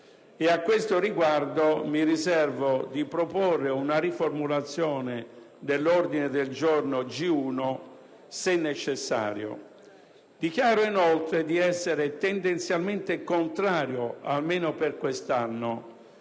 A questo riguardo mi riservo di proporre una riformulazione dell'ordine del giorno G1, se necessario. Dichiaro inoltre di essere tendenzialmente contrario, almeno per quest'anno,